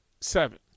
seven